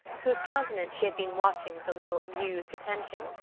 whose countenance she had been watching with a little amused attention,